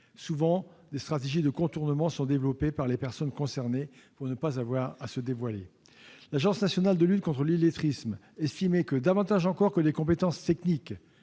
Souvent, des stratégies de contournement sont développées par les personnes concernées pour ne pas avoir à se dévoiler. L'Agence nationale de lutte contre l'illettrisme estimait que, plutôt que de transmettre des compétences techniques,